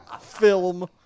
film